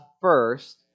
first